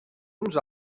uns